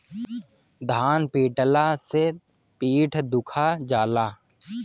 धान पिटाला से पीठ दुखा जाला